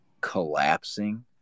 collapsing